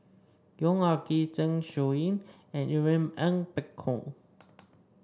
Yong Ah Kee Zeng Shouyin and Irene Ng Phek Hoong